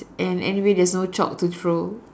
and anyway there's no chalk to throw